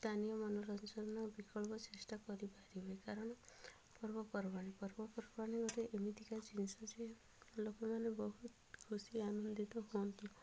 ସ୍ଥାନୀୟ ମନୋରଞ୍ଜନ ବିକଳ୍ପ ଚେଷ୍ଟା କରିପାରିବେ କାରଣ ପର୍ବପର୍ବାଣି ପର୍ବପର୍ବାଣି ଗୋଟିଏ ଏମିତିକା ଜିନିଷ ଯେ ଲୋକମାନେ ବହୁତ ଖୁସି ଆନନ୍ଦିତ ହୁଅନ୍ତୁ